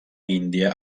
índia